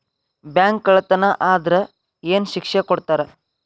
Bank ಕಳ್ಳತನಾ ಆದ್ರ ಏನ್ ಶಿಕ್ಷೆ ಕೊಡ್ತಾರ?